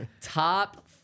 top